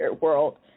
world